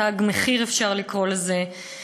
"תג מחיר" אפשר לקרוא לזה,